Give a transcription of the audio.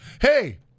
Hey